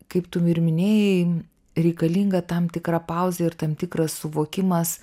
kaip tu ir minėjai reikalinga tam tikra pauzė ir tam tikras suvokimas